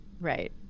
Right